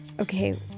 Okay